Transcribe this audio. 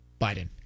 biden